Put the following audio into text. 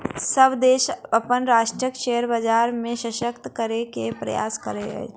सभ देश अपन राष्ट्रक शेयर बजार के शशक्त करै के प्रयास करैत अछि